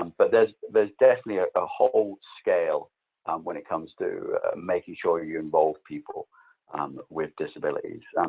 um but there's there's definitely a ah whole scale when it comes to making sure you involve people with disabilities.